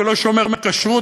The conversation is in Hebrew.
ולא שומר כשרות?